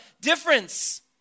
difference